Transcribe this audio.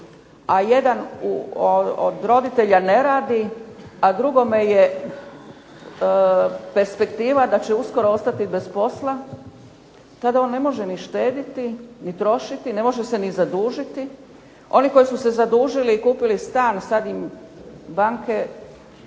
a jedan od roditelja ne radi, a drugome je perspektiva da će uskoro ostati bez posla, tada on ne može ni štediti niti trošiti, ne može se ni zadužiti. Oni koji su se zadužili i kupili stan sada im banke